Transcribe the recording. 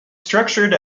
structured